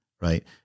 right